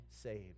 saved